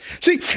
See